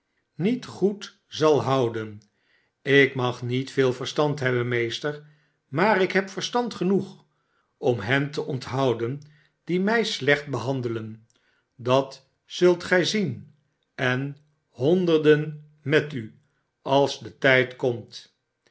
niet goed zal houden ik mag niet veel verstand hebben meester maar ik heb verstand genoeg om hen te onthouden die mij slecht denandelen dat zult gij zien en honderden met u als de tijd komt